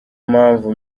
mpamvu